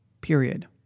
period